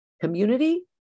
community